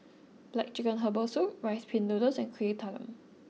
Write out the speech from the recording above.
Black Chicken Herbal Soup Rice Pin Noodles and Kuih Talam